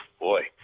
boy